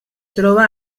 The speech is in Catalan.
troba